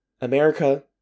America